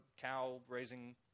cow-raising